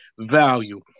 value